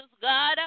God